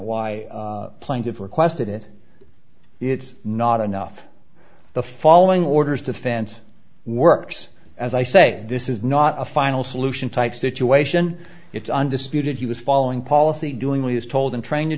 why plaintiff requested it it's not enough the following orders to fans works as i say this is not a final solution type situation it's undisputed he was following policy doing what he is told and trying to